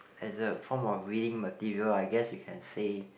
as a form of reading material I guess you can say